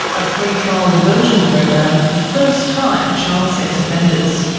a pre-trial diversion program for first-time child sex offenders,